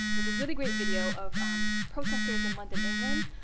there's a really great video of protesters in london, england.